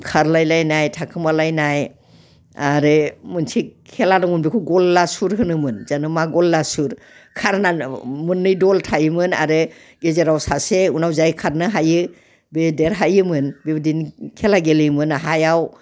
खारलायलायनाय थाखोमालायनाय आरो मोनसे खेला दंमोन बेखौ गल्लासुर होनोमोन जानो मा गल्लासुर खारनाङ' मोननै दल थायोमोन आरो गेजेराव सासे उनाव जाय खारनो हायो बे देरहायोमोन बिदिनो खेला गेलेयोमोन हायाव